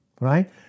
right